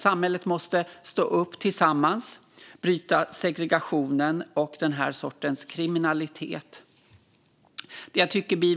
Samhället måste stå upp alla tillsammans och bryta segregationen och den här sortens kriminalitet.